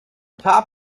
top